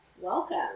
welcome